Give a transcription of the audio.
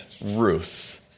Ruth